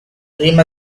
dream